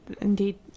indeed